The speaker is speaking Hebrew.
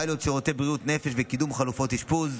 פיילוט שירותי בריאות נפש וקידום חלופות אשפוז.